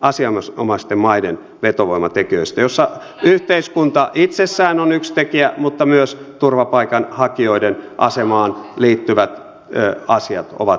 asianomaisten maiden vetovoimatekijöistä joissa yhteiskunta itsessään on yksi tekijä mutta myös turvapaikanhakijoiden asemaan liittyvät asiat ovat yksi tekijä